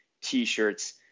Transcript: t-shirts